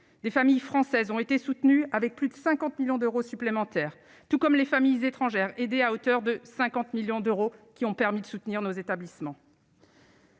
des familles françaises ont été soutenues avec plus de 50 millions d'euros supplémentaires, tout comme les familles étrangères aidées à hauteur de 50 millions d'euros qui ont permis de soutenir nos établissements.